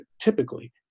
typically